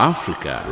Africa